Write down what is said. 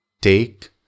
Take